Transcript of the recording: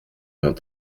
vingt